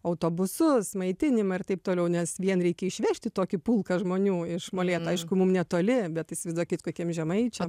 autobusus maitinimą ir taip toliau nes vien reikia išvežti tokį pulką žmonių iš molėtų aišku mum netoli bet įsivaizduokit kokiem žemaičiam